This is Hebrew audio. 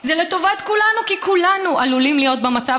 וטובה שאנחנו עושים לאנשים,